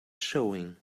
showing